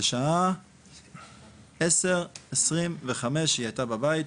בשעה 22:25 הייתה בבית.